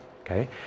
Okay